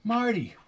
Marty